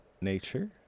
Nature